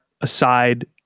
aside